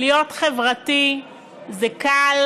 להיות חברתי זה קל